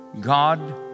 God